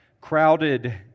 Crowded